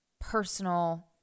personal